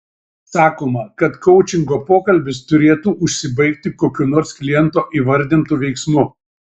sakoma kad koučingo pokalbis turėtų užsibaigti kokiu nors kliento įvardintu veiksmu